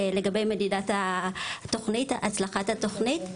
לגבי מדידת הצלחת תוכנית.